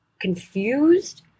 confused